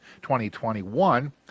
2021